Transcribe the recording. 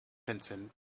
vincent